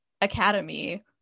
academy